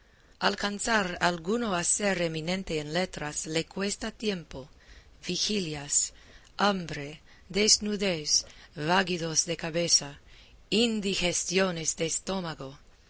alcanzar alguno a ser eminente en letras le cuesta tiempo vigilias hambre desnudez váguidos de cabeza indigestiones de estómago